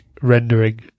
rendering